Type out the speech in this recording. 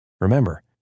Remember